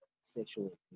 sexual